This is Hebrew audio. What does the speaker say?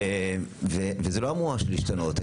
זה לא אמור להשתנות.